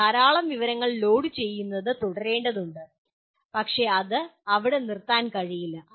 നിങ്ങൾ ധാരാളം വിവരങ്ങൾ ലോഡു ചെയ്യുന്നത് തുടരേണ്ടതുണ്ട് പക്ഷേ അത് അവിടെ നിർത്താൻ കഴിയില്ല